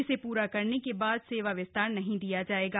इसे पूरा करने के बाद सेवा विस्तार नहीं दिया जाएगा